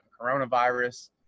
coronavirus